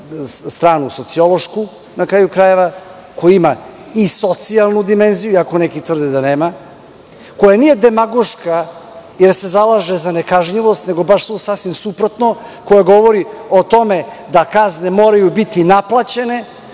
svoju sociološku stranu, na kraju krajeva, koja ima i socijalnu dimenziju, ako neki tvrde da nema, koja nije demagoška, jer se zalaže za nekažnjivost, nego baš sasvim suprotno, koja govori o tome da kazne moraju biti naplaćene,